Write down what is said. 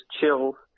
chill